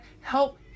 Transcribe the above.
help